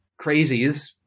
crazies